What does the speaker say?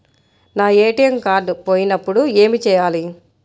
నా ATM card పోయినప్పుడు ఏమి చేయాలి?